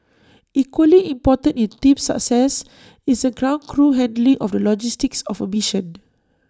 equally important in A team's success is the ground crew handling of the logistics of A mission